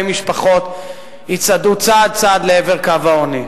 משפחות יצעדו צעד אחר צעד לעבר קו העוני.